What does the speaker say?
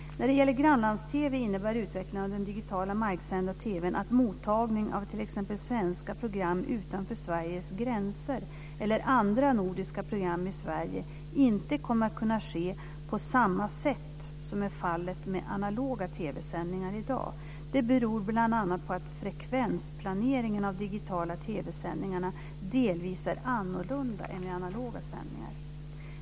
När det gäller grannlands-TV innebär utvecklingen av den digitala marksända TV:n att mottagning av t.ex. svenska program utanför Sveriges gränser eller andra nordiska program i Sverige inte kommer att kunna ske på samma sätt som är fallet med analoga TV-sändningar i dag. Det beror bl.a. på att frekvensplaneringen av de digitala TV-sändningarna delvis är annorlunda än vid analoga sändningar.